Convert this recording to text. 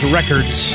Records